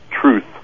truth